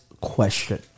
question